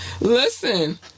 Listen